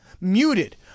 muted